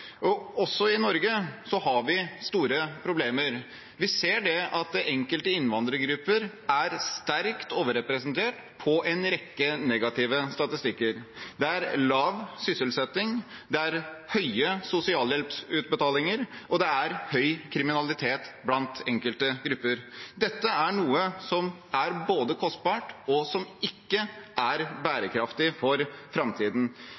Også i Norge har vi store problemer. Vi ser at enkelte innvandrergrupper er sterkt overrepresentert på en rekke negative statistikker – det er lav sysselsetting, det er høye sosialhjelpsutbetalinger, og det er høy kriminalitet blant enkelte grupper. Dette er noe som er kostbart, og som ikke er bærekraftig for framtiden.